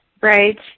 Right